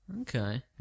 Okay